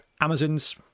amazons